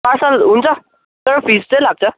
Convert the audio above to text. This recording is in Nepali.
पार्सल हुन्छ तर फिस चाहिँ लाग्छ